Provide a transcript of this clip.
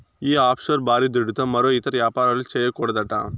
ఈ ఆఫ్షోర్ బారీ దుడ్డుతో మరో ఇతర యాపారాలు, చేయకూడదట